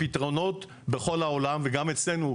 הפתרונות בכל העולם וגם אצלנו,